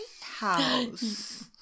House